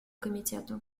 комитету